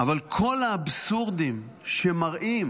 כל האבסורדים שמראים